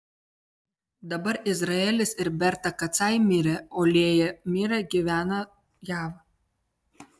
dabar izraelis ir berta kacai mirę o lėja mira gyvena jav